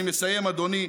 אני מסיים, אדוני.